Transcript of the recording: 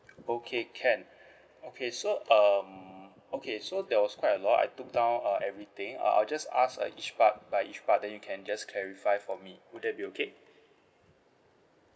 okay can okay so um okay so that was quite a lot I took down uh everything uh I'll just ask uh each part by each part then you can just clarify for me would that be okay